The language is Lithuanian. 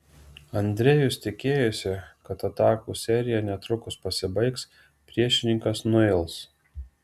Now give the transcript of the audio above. andrejus tikėjosi kad atakų serija netrukus pasibaigs priešininkas nuils